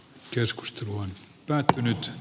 keskustelu on päättynyt